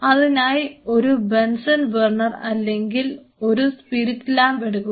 അതിനായി ഒരു Bunsen burner അല്ലെങ്കിൽ ഒരു സ്പിരിറ്റുലാമ്പ് എടുക്കുക